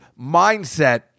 mindset